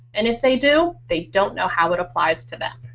and if they do, they don't know how it applies to them.